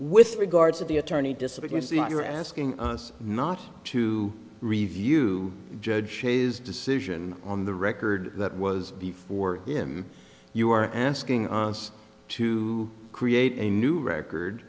with regard to the attorney disappears you're asking us not to review judge shay's decision on the record that was before him you are asking us to create a new record